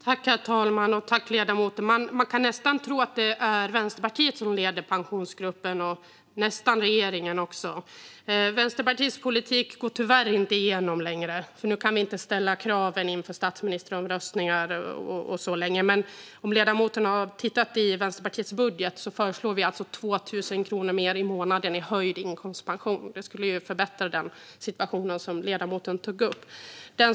Herr talman! Tack, ledamoten! Man skulle nästan kunna tro att det är Vänsterpartiet som leder både Pensionsgruppen och regeringen. Vänsterpartiets politik går tyvärr inte igenom längre när vi inte kan ställa krav inför statsministeromröstningar och så. Om ledamoten tittar i Vänsterpartiets budget ser han att vi föreslår 2 000 kronor mer i månaden i höjd inkomstpension, något som skulle förbättra den situation som ledamoten tog upp.